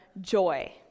joy